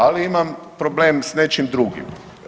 Ali imam problem s nečim drugim.